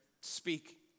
speak